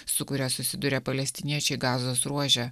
su kuria susiduria palestiniečiai gazos ruože